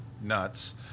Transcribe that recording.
nuts